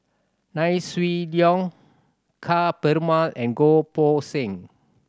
Nai Swee Yong Ka Perumal and Goh Poh Seng